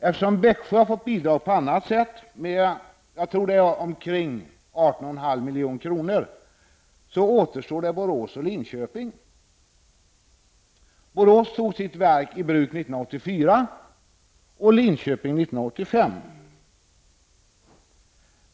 Eftersom Växjö har fått bidrag på annat sätt -- omkring 18,5 milj.kr., tror jag -- återstår Borås och 1985.